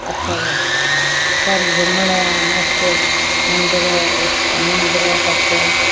अथव सभु घुमण जा मस्तु मंदर ऐं समुंद्र तट